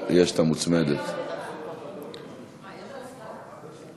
ההצעה להעביר את הצעת חוק הפחתת תוספות פיגור